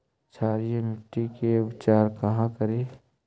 क्षारीय मिट्टी के उपचार कहा करी?